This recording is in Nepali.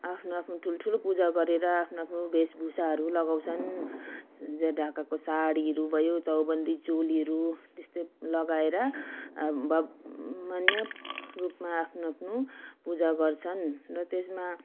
आफ्नो आफ्नो ठुल ठुलो पूजा गरेर आफ्नो आफ्नो भेषभूषाहरू लगाउँछन् ज ढाकाको साडीहरू भयो चौबन्दी चोलीहरू त्यस्तै लगाएर भव मान्ने रूपमा आफ्नो आफ्नो पूजा गर्छन् र त्यसमा